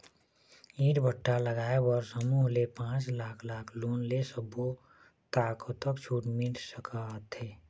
ईंट भट्ठा लगाए बर समूह ले पांच लाख लाख़ लोन ले सब्बो ता कतक छूट मिल सका थे?